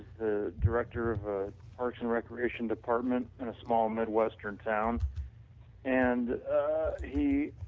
the director of ah parks and recreation department in a small midwestern town and he